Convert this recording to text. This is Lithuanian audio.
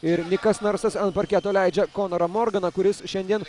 ir nikas narsas ant parketo leidžia konorą morganą kuris šiandien